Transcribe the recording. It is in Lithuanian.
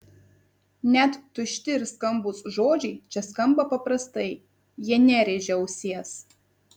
net tušti ir skambūs žodžiai čia skamba paprastai jie nerėžia ausies